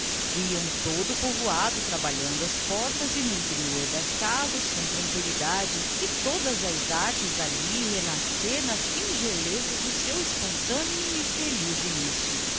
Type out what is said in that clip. viam todo o povo trabalhando ás portas e no interior das casas com tranquillidade e todas as artes alli renascer na singeleza do seu espontâneo e feliz inicio